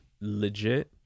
legit